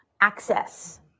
access